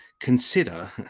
consider